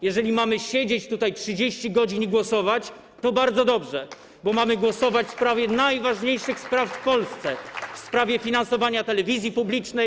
Jeżeli mamy siedzieć tutaj 30 godzin i głosować, to bardzo dobrze, bo mamy głosować nad najważniejszymi sprawami w Polsce: w sprawie finansowania telewizji publicznej.